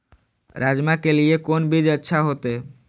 राजमा के लिए कोन बीज अच्छा होते?